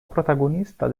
protagonista